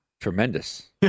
Tremendous